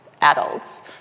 adults